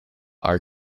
are